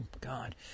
god